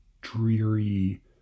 dreary